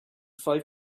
five